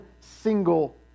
single